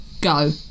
go